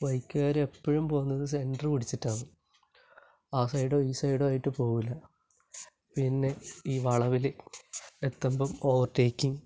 ബൈക്കുകാർ എപ്പോഴും പോകുന്നത് സെൻട്ര് പിടിച്ചിട്ടാണ് ആ സൈഡോ ഈ സൈഡോ ആയിട്ട് പോവില്ല പിന്നെ ഈ വളവിൽ എത്തുമ്പം ഓവർടേക്കിങ്ങ്